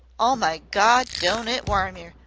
oh, my gawd, don't it warm yer!